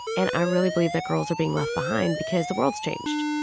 and i really believe that girls are being left behind because the world's changed.